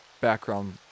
background